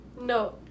no